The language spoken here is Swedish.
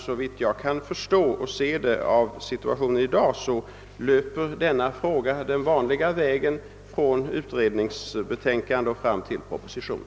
Såvitt jag kan förstå är situationen sådan att den fråga det här gäller får gå den vanliga vägen från ett betänkande av utredningen fram till en proposition.